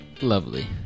lovely